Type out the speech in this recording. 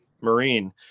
Marine